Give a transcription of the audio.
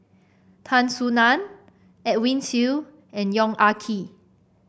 Tan Soo Nan Edwin Siew and Yong Ah Kee